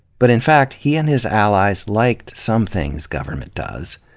but in fact, he and his allies liked some things government does.